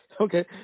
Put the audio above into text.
Okay